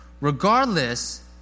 Regardless